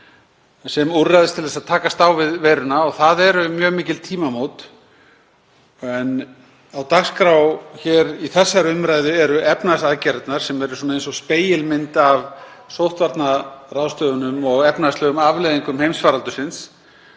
sem úrræðis til að takast á við veiruna og það eru mjög mikil tímamót. En á dagskrá hér í þessari umræðu eru efnahagsaðgerðirnar sem eru svona eins og spegilmynd af sóttvarnaráðstöfunum og efnahagslegum afleiðingum heimsfaraldursins.